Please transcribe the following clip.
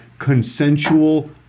consensual